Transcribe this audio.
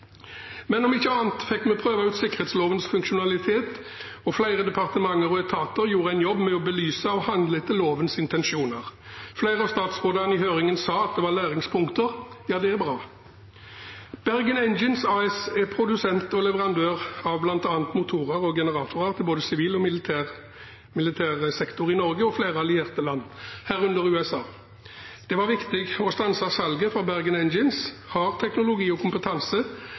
Men om ikke annet fikk vi prøve ut sikkerhetslovens funksjonalitet, og flere departementer og etater gjorde en jobb med å belyse og handle etter lovens intensjoner. Flere av statsrådene i høringen sa at det var læringspunkter. Ja, det er bra. Bergen Engines AS er produsent og leverandør av bl.a. motorer og generatorer til både sivil og militær sektor i Norge og flere allierte land, herunder USA. Det var viktig å stanse salget, for Bergen Engines har teknologi og kompetanse